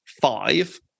five